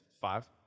Five